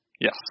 Yes